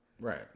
Right